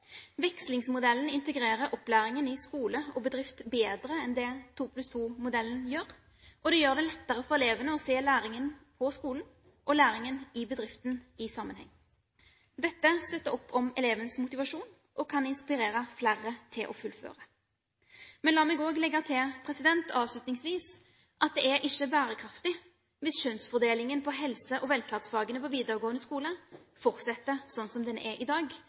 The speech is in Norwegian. Vekslingsmodellen integrerer opplæringen i skole og bedrift bedre enn det 2+2-modellen gjør, og det gjør det lettere for elevene å se læringen på skolen og læringen i bedriften i sammenheng. Dette støtter opp om elevenes motivasjon og kan inspirere flere til å fullføre. Men la meg legge til avslutningsvis at det er ikke bærekraftig hvis kjønnsfordelingen på helse- og velferdsfagene på videregående skole fortsetter sånn som den er i dag,